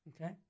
Okay